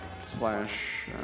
slash